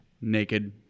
naked